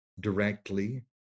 directly